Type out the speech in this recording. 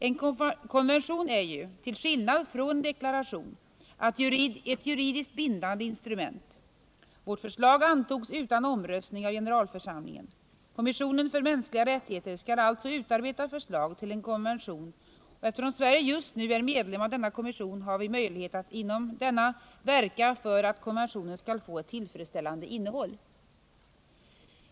En konvention är ju, till skillnad från en deklaration, ett juridiskt bindande instrument. Vårt förslag antogs utan omröstning av generalförsamlingen. Kommissionen för mänskliga rättigheter skall alltså utarbeta förslag till en konvention, och eftersom Sverige just nu är medlem av denna kommission har vi möjlighet att inom denna verka för att konventionen skall få ett tillfredsställande innehåll.